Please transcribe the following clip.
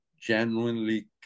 genuinely